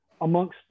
amongst